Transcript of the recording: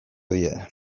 dira